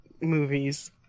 movies